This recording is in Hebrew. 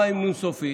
למה עם נו"ן סופית?